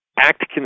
act